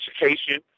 education